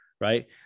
right